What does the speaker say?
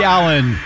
Allen